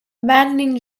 maddening